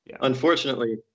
Unfortunately